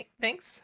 Thanks